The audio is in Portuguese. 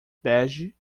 bege